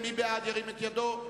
מי בעד, ירים את ידו.